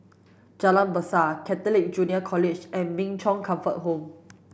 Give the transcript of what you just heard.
Jalan Besar Catholic Junior College and Min Chong Comfort Home